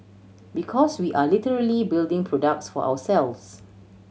because we are literally building products for ourselves